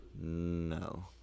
No